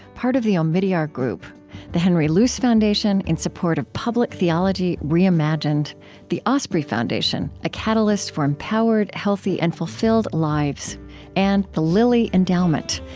part of the omidyar group the henry luce foundation, in support of public theology reimagined the osprey foundation a catalyst for empowered, healthy, and fulfilled lives and the lilly endowment,